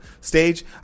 stage